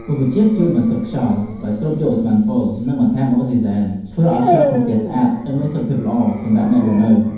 រុក្ខជាតិជួយបន្សុទ្ធខ្យល់ ដោយស្រូបយកឧស្ម័នពុល និងបន្ថែមអុកស៊ីសែន ធ្វើឲ្យខ្យល់ក្នុងផ្ទះស្អាត និងមានសុខភាពល្អសម្រាប់អ្នករស់នៅ។